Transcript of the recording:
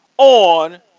On